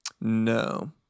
No